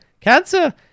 Cancer